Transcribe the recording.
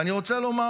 ואני רוצה לומר: